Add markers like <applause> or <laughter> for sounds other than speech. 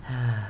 <noise>